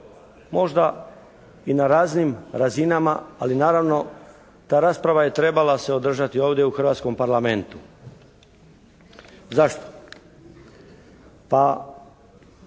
možda i na raznim razinama ali naravno ta rasprava je trebala se održati ovdje u hrvatskom Parlamentu. Zašto? Pa